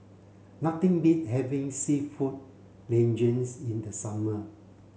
nothing beat having Seafood Linguine's in the summer